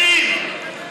רוצחים.